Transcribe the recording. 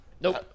Nope